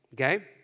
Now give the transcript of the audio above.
Okay